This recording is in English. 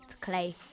clay